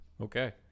Okay